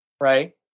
right